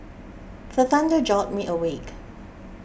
the thunder jolt me awake